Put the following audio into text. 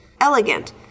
elegant